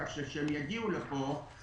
כך שכשהם יגיעו לפה,